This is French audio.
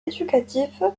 éducatif